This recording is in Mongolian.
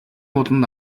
ууланд